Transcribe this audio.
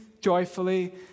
joyfully